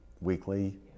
weekly